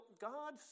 God